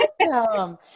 Awesome